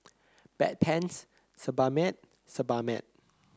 Bedpans Sebamed Sebamed